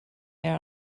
there